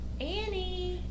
annie